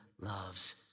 loves